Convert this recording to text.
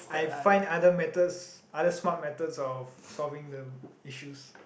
I find other methods other smart methods of solving the issues